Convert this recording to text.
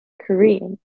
Korean